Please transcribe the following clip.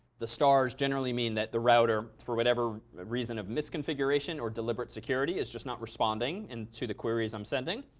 the stars generally mean that the router, for whatever reason of misconfiguration or deliberate security, is just not responding and to the queries i'm sending.